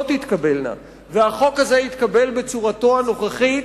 תתקבלנה והחוק הזה יתקבל בצורתו הנוכחית,